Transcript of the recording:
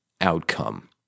outcome